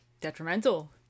detrimental